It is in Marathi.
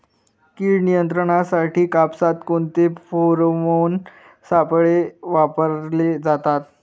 कीड नियंत्रणासाठी कापसात कोणते फेरोमोन सापळे वापरले जातात?